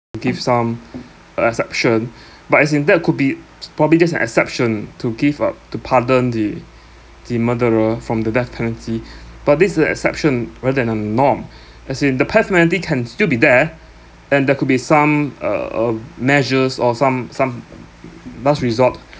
give some uh exception but as in that could be probably just an exception to give up to pardon the the murderer from the death penalty but this is a exception rather than a norm as in the death penalty can still be there and there could be some uh uh measures or some some last resort